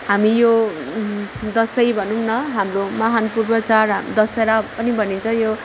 हामी यो दसैँ भनौँ न हाम्रो महान् पूर्व चाड दसेरा पनि भनिन्छ यो